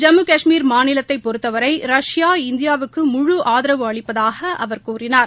ஜம்மு காஷ்மீர் மாநிலத்தை பொறுத்தவரை ரஷ்பா இந்தியாவுக்கு முழு ஆதரவு அளிப்பதாக அவர் கூறினார்